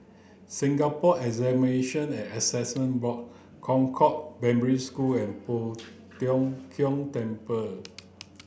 Singapore Examination and Assessment Board Concord Primary School and Poh Tiong Kiong Temple